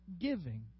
giving